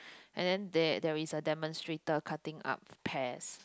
and then there there is a demonstrator cutting up pears